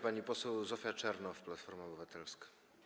Pani poseł Zofia Czernow, Platforma Obywatelska.